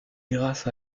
grâce